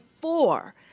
four